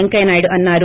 పెంకయ్యనాయుడు అన్నారు